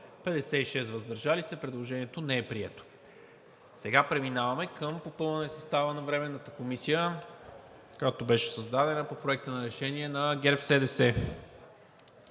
70, въздържали се 56. Предложението не е прието. Преминаваме към попълване на състава на Временната комисия, която беше създадена по Проекта на решение на ГЕРБ-СДС,